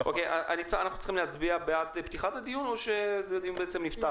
אנחנו צריכים להצביע בעד פתיחת הדיון או שהדיון נפתח?